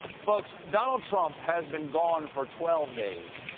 folks, donald trump has been gone for twelve days.